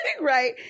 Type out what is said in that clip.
Right